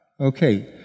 Okay